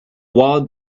walled